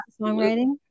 songwriting